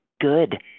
good